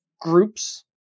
groups